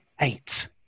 Eight